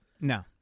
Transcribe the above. No